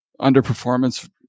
underperformance